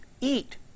eat